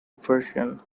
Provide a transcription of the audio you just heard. version